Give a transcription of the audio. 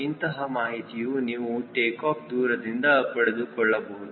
ಇಂತಹ ಮಾಹಿತಿಯು ನೀವು ಟೇಕಾಫ್ ದೂರದಿಂದ ಪಡೆದುಕೊಳ್ಳಬಹುದು